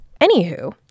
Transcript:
Anywho